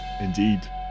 indeed